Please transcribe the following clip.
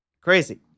crazy